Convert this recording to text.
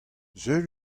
seul